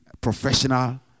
professional